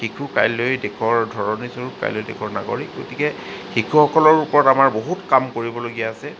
শিশু কাইলৈ দেশৰ ধৰণীস্বৰূপ কাইলৈ দেশৰ নাগৰিক গতিকে শিশুসকলৰ ওপৰত আমাৰ বহুত কাম কৰিবলগীয়া আছে